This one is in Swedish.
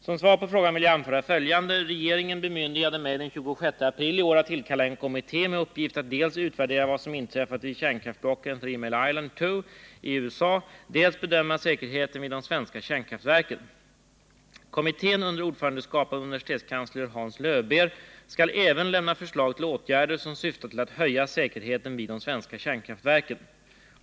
Som svar på frågan vill jag anföra följande: Regeringen bemyndigade mig den 26 april i år att tillkalla en kommitté med uppgift att dels utvärdera vad som inträffat vid kärnkraftblocken Three Mile Island 2 i USA, dels bedöma säkerheten vid de svenska kärnkraftverken. Kommittén, under ordförandeskap av universitetskansler Hans Löwbeer, skall även lämna förslag till åtgärder som syftar till att höja säkerheten vid de svenska kärnkraftverken.